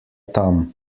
tam